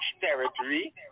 territory